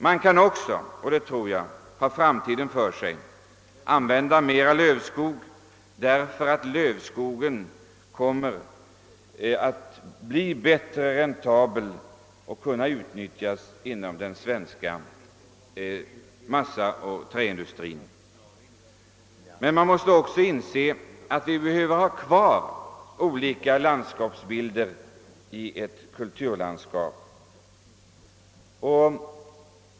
Jag tror också att det har framtiden för sig att använda mera lövskog, tv lövskogen kommer att bli mera räntabel och bättre kunna utnyttjas inom den svenska massaoch träindustrin. Men vi bör också inse att olika landskapsbilder bör finnas kvar i ett kulturlandskap.